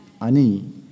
Ani